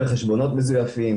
על חשבונות מזויפים,